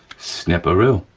sniparoo,